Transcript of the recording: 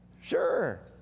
Sure